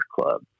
Club